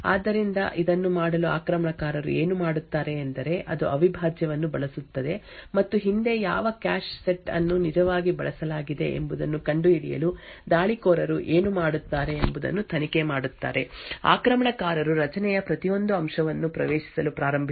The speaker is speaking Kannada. ಆದ್ದರಿಂದ ಇದನ್ನು ಮಾಡಲು ಆಕ್ರಮಣಕಾರರು ಏನು ಮಾಡುತ್ತಾರೆ ಎಂದರೆ ಅದು ಅವಿಭಾಜ್ಯವನ್ನು ಬಳಸುತ್ತದೆ ಮತ್ತು ಹಿಂದೆ ಯಾವ ಕ್ಯಾಶ್ ಸೆಟ್ ಅನ್ನು ನಿಜವಾಗಿ ಬಳಸಲಾಗಿದೆ ಎಂಬುದನ್ನು ಕಂಡುಹಿಡಿಯಲು ದಾಳಿಕೋರರು ಏನು ಮಾಡುತ್ತಾರೆ ಎಂಬುದನ್ನು ತನಿಖೆ ಮಾಡುತ್ತಾರೆ ಆಕ್ರಮಣಕಾರರು ರಚನೆಯ ಪ್ರತಿಯೊಂದು ಅಂಶವನ್ನು ಪ್ರವೇಶಿಸಲು ಪ್ರಾರಂಭಿಸುತ್ತಾರೆ